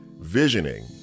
visioning